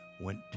went